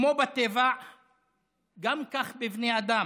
כמו בטבע גם כך בני אדם.